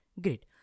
great